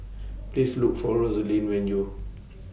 Please Look For Rosalie when YOU